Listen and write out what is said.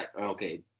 Okay